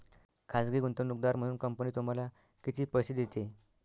खाजगी गुंतवणूकदार म्हणून कंपनी तुम्हाला किती पैसे देते?